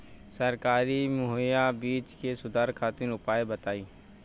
सरकारी मुहैया बीज में सुधार खातिर उपाय बताई?